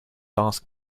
ask